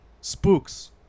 Spooks